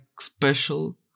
special